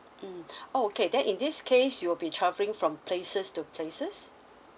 mm oh okay then in this case you will be travelling from places to places